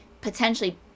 potentially